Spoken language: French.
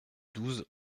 douze